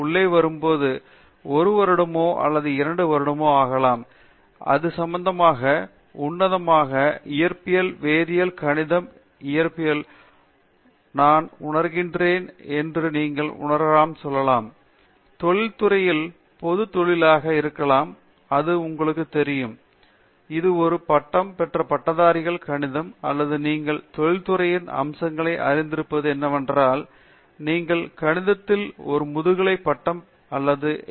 பேராசிரியர் பிரதாப் ஹரிதாஸ் அவர்கள் உள்ளே வரும்போது ஒரு வருடமோ அல்லது இரண்டு வருடங்கள் ஆகலாம் இது சம்பந்தமாக உன்னதமான இயற்பியல் வேதியியல் கணிதம் கணிதத்தை பொறுத்தவரையில் நான் உணர்கிறேன் என்று நீங்கள் உணர்கிறீர்கள் என்றால் தொழில்முறை பொதுத் தொழிலாக இருக்கலாம் என்று உங்களுக்குத் தெரியும் இது ஒரு பட்டம் பெற்ற பட்டதாரிகளில் கணிதம் அல்லது நீங்கள் தொழில்துறையின் அம்சங்களை அறிந்திருப்பது என்னவென்றால் நீங்கள் கணிதத்தில் ஒரு முதுநிலை பட்டம் பெற்றவர்கள் அல்லது எம்